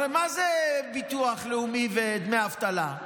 הרי מה זה ביטוח לאומי ודמי אבטלה?